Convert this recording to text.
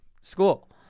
school